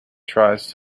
tries